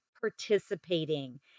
participating